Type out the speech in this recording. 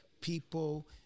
people